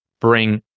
bring